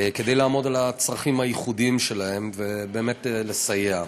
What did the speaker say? כדי לעמוד על הצרכים הייחודיים שלהם ובאמת לסייע.